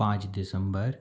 पाँच दिसंबर